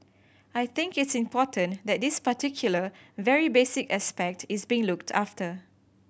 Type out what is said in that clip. I think it's important that this particular very basic aspect is being looked after